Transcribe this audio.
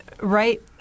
right